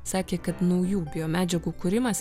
sakė kad naujų biomedžiagų kūrimas